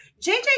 JJ